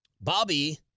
Bobby